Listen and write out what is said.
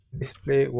display